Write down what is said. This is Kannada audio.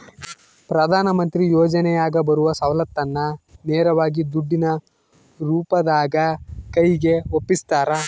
ಪ್ರಧಾನ ಮಂತ್ರಿ ಯೋಜನೆಯಾಗ ಬರುವ ಸೌಲತ್ತನ್ನ ನೇರವಾಗಿ ದುಡ್ಡಿನ ರೂಪದಾಗ ಕೈಗೆ ಒಪ್ಪಿಸ್ತಾರ?